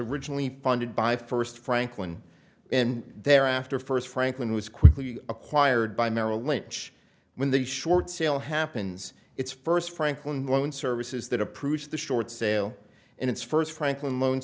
originally funded by first franklin and thereafter first franklin was quickly acquired by merrill lynch when the short sale happens its first franklin one service is that approves the short sale in its first franklin loan